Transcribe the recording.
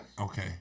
Okay